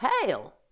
hail